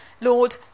Lord